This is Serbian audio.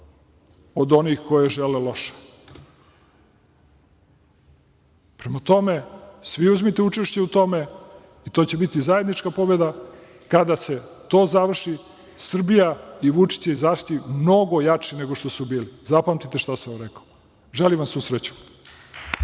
od onih koji joj žele loše. Prema tome, svi uzmite učešće u tome. To će biti zajednička pobeda. Kada se to završi, Srbija i Vučić će izaći mnogo jači nego što su bili. Zapamtite šta sam vam rekao. Želim vam svu sreću.